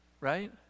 Right